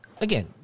again